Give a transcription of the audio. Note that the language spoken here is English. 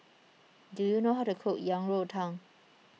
Do you know how to cook Yang Rou Tang